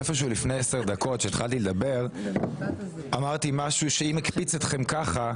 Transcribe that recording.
לפני עשר דקות כשהתחלתי לדבר אמרתי משהו שאם הקפיץ אתכם כך,